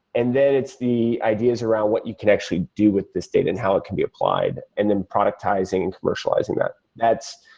and then it's the ideas around what you can actually do with this data and how it can be applied and then productizing and commercializing that. that's,